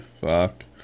Fuck